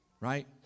right